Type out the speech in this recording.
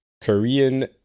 Korean